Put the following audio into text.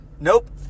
Nope